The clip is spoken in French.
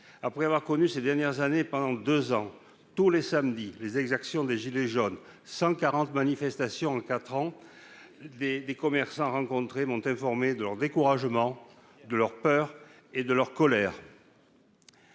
Après avoir connu, ces dernières années, pendant deux ans, tous les samedis, les exactions des « gilets jaunes »- 140 manifestations en quatre ans !-, les commerçants que j'ai rencontrés m'ont fait part de leur découragement, de leur peur et de leur colère.